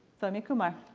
sowmya kumar.